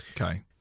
Okay